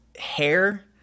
hair